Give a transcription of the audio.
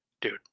dude